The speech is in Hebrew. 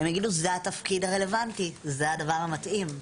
הם יגידו זה התפקיד הרלוונטי, זה הדבר המתאים.